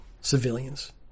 civilians